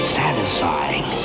satisfying